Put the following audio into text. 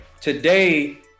Today